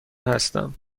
هستم